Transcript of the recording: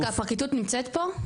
רגע הפרקליטות נמצאת פה?